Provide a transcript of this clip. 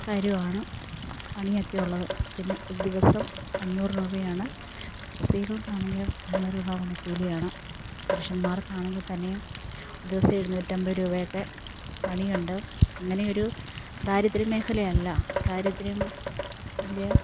കാര്യമാണ് പണിയൊക്കെയുള്ളത് പിന്നെ ദിവസം അഞ്ഞൂറ് രൂപയാണ് സ്ത്രീകൾക്കാണങ്കിലും അഞ്ഞൂറ് രൂപ പണിക്കൂലിയാണ് പുരുഷന്മാർക്കാണെങ്കിൽ തന്നെയും ദിവസം എഴുന്നൂറ്റമ്പത് രൂപയൊക്കെ പണിയുണ്ട് അങ്ങനെ ഒരു ദാരിദ്ര്യ മേഖലയല്ല ദാരിദ്ര്യം വലിയ